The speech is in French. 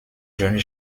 jeunes